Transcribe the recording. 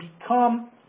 become